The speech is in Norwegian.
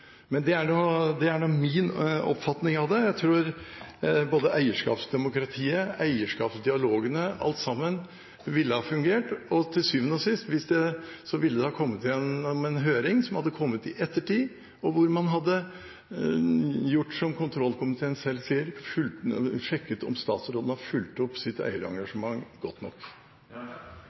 Men det er nå min oppfatning av det. Jeg tror både eierskapsdemokratiet, eierskapsdialogene, alt sammen, ville ha fungert. Og til syvende og sist ville det ha kommet gjennom en høring, som hadde kommet i ettertid, hvor man hadde gjort det som kontrollkomiteen selv sier: sjekket om statsråden har fulgt opp sitt eierengasjement godt nok.